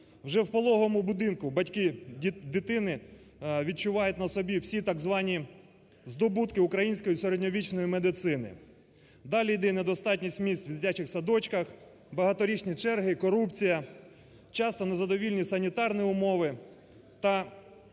Вже в пологовому будинку батьки дитини відчувають на собі всі так звані здобутки української середньовічної медицини. Далі йде недостатність місць в дитячих садочках, багаторічні черги, корупція, часто незадовільні санітарні умови та